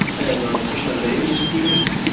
but and nutritional labelling schemes,